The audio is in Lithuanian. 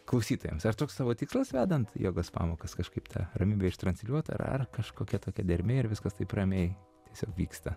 klausytojams ar toks tavo tikslas vedant jogos pamokas kažkaip tą ramybę ištransliuot ar ar ar kažkokia tokia dermė ir viskas taip ramiai tiesiog vyksta